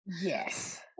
yes